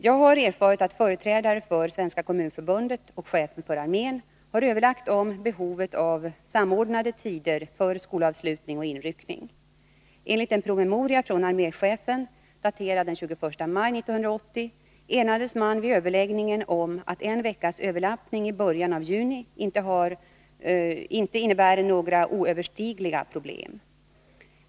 Jag har erfarit att företrädare för Svenska kommunförbundet och chefen för armén har överlagt om behovet av samordnade tider för skolavslutning och inryckning. Enligt en promemoria från arméchefen, daterad den 21 maj 1980, enades man vid överläggningen om att en veckas överlappning i början av juni inte innebär några oöverstigliga problem.